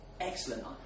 Excellent